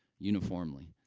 uniformly.